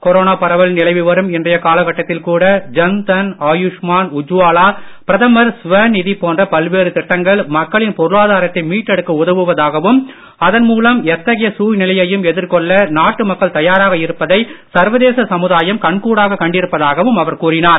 corona பரவல் நிலவிவரும் இன்றைய காலத்தில் கூட ஜன்தன் ஆயுஷ்மான் உஜ்வாலா பிரதமர் ஸ்வனிதி போன்ற பல்வேறு திட்டங்கள் மக்களின் பொருளாதாரத்தை மீட்டெடுக்க உதவுவதாகவும் அதன் மூலம் எத்தகைய சூழ்நிலையையும் எதிர்கொள்ள நாட்டு மக்கள் தயாராக இருப்பதை சர்வதேச சமுதாயம் கண்கூடாக கண்டிருப்பதாகவும் அவர் கூறினார்